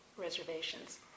Reservations